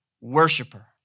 worshiper